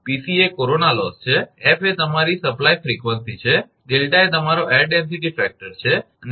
𝑃𝑐 એ corona loss છે 𝑓 એ તમારી સપ્લાય ફ્રિકવન્સી છે 𝛿 એ તમારો એર ડેન્સિટી ફેકટર છે અને 𝑉𝑛 એ r